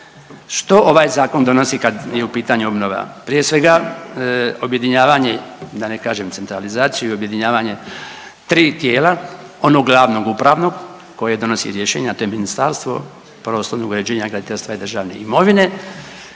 Što ovaj Zakon donosi kad nije u pitanju obnova? Prije svega, objedinjavanje, da ne kažem, centralizaciju, objedinjavanje tri tijela, onog glavnog upravnog, koje donosi rješenja, a to je Ministarstvo prostornog uređenja, graditeljstva i državne imovine